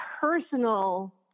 personal